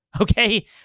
Okay